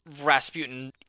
Rasputin